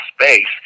space